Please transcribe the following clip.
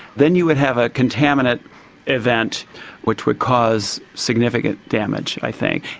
then you would have a contaminate event which would cause significant damage, i think.